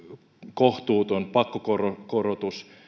kohtuuton pakkokorotus